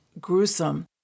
gruesome